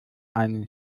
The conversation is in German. einen